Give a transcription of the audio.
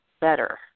better